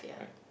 right